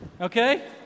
okay